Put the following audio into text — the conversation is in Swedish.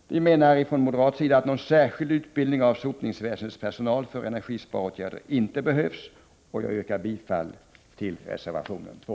Vi menar från moderat sida att någon särskild utbildning av sotningsväsendets personal för energisparåtgärder inte behövs. Jag yrkar bifall till reservation 2.